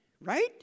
right